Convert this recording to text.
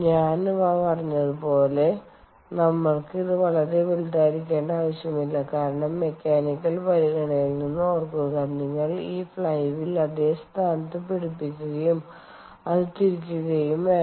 ഞാൻ പറഞ്ഞതുപോലെ നമ്മൾക്ക് ഇത് വളരെ വലുതായിരിക്കേണ്ട ആവശ്യമില്ല കാരണം മെക്കാനിക്കൽ പരിഗണനയിൽ നിന്ന് ഓർക്കുക നിങ്ങൾ ഈ ഫ്ലൈ വീൽ അതേ സ്ഥാനത്ത് പിടിക്കുകയും അത് തിരിയുകയും വേണം